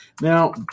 Now